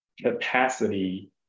capacity